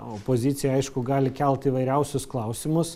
opozicija aišku gali kelt įvairiausius klausimus